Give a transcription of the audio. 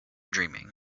dreaming